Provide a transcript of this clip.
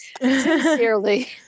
Sincerely